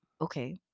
okay